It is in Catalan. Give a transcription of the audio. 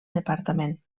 departament